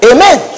Amen